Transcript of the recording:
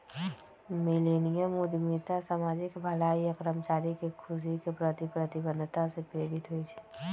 millennium उद्यमिता सामाजिक भलाई आऽ कर्मचारी के खुशी के प्रति प्रतिबद्धता से प्रेरित होइ छइ